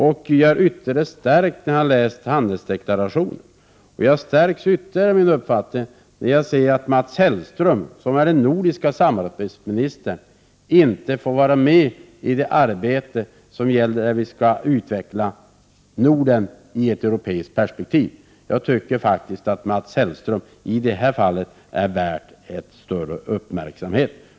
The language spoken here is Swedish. Min uppfattning har stärkts sedan jag läst handelsdeklarationen, och den stärks ytterligare när jag ser att Mats Hellström, som är nordisk samarbetsminister, inte får vara med i det arbete där vi skall utveckla Norden i ett europeiskt perspektiv. Jag tycker faktiskt att Mats Hellström i det här fallet är värd större uppmärksamhet.